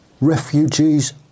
refugees